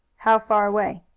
how far away?